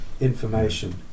information